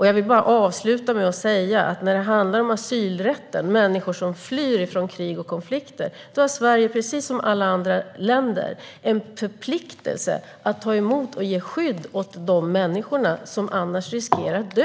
Jag vill avsluta med att säga att när det handlar om asylrätten och människor som flyr från krig och konflikter har Sverige precis som alla andra länder en förpliktelse att ta emot och ge skydd åt de människor som annars riskerar att dö.